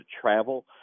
travel